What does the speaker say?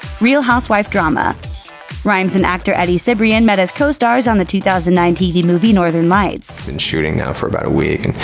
real housewife drama rimes and actor eddie cibrian met as co-stars on the two thousand nine tv movie northern lights. we've been shooting now for about a week,